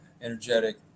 energetic